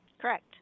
Correct